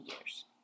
years